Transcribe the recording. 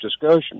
discussion